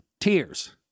Tears